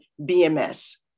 BMS